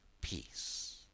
peace